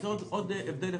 יש עוד הבדל אחד,